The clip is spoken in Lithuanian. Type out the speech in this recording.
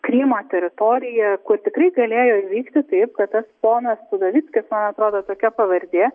krymo teritoriją kur tikrai galėjo vykti taip kad tas ponas udovickis man atrodo tokia pavardė